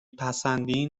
پسندین